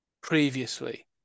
previously